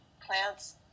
plants